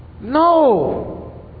No